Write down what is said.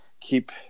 keep